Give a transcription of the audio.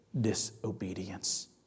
disobedience